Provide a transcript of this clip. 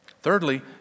Thirdly